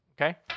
Okay